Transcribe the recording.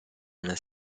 una